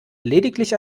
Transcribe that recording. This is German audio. lediglich